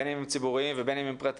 בין אם הם ציבוריים ובין הם פרטיים.